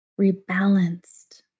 rebalanced